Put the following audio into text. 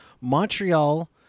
Montreal